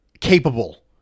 capable